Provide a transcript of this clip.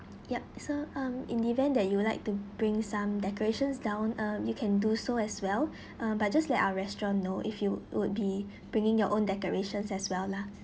yup so um in the event that you would like to bring some decorations down uh you can do so as well uh but just let our restaurant know if you would be bringing your own decorations as well lah